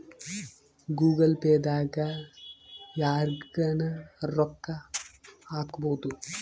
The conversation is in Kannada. ಗೂಗಲ್ ಪೇ ದಾಗ ಯರ್ಗನ ರೊಕ್ಕ ಹಕ್ಬೊದು